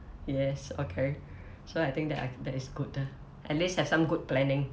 yes okay so I think that I that is good lah at least have some good planning